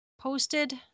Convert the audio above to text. posted